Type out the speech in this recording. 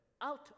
Out